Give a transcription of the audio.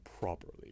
properly